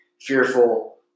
fearful